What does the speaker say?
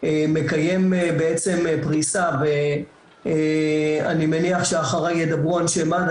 מקיים בעצם פריסה ואני מניח שאחריי ידברו אנשי מד"א,